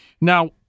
Now